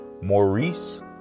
Maurice